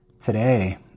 Today